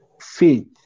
faith